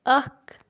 اَکھ